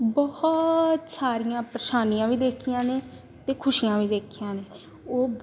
ਬਹੁਤ ਸਾਰੀਆਂ ਪਰੇਸ਼ਾਨੀਆਂ ਵੀ ਦੇਖੀਆਂ ਨੇ ਅਤੇ ਖੁਸ਼ੀਆਂ ਵੀ ਦੇਖੀਆਂ ਨੇ ਉਹ